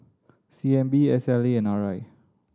C N B S L A and R I